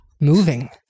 moving